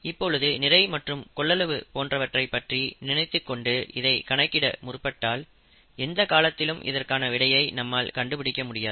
இப்பொழுது நிலை மற்றும் கொள்ளளவு போன்றவற்றைப் பற்றி நினைத்துக்கொண்டு இதை கணக்கிட முற்பட்டால் எந்த காலத்திலும் இதற்கான விடையை நம்மால் கண்டுபிடிக்க முடியாது